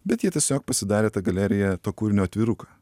bet jie tiesiog pasidarė ta galerija to kūrinio atviruką